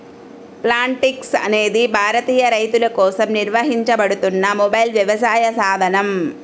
Plantix అనేది భారతీయ రైతులకోసం నిర్వహించబడుతున్న మొబైల్ వ్యవసాయ సాధనం